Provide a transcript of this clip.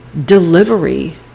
delivery